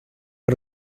per